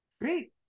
Great